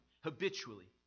habitually